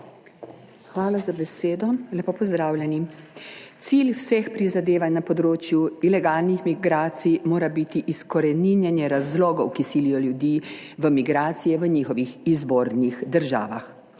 Hvala za besedo. Lepo pozdravljeni. Cilj vseh prizadevanj na področju ilegalnih migracij mora biti izkoreninjenje razlogov, ki silijo ljudi v migracije v njihovih izvornih državah.